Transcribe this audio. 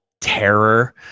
terror